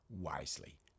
wisely